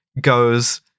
goes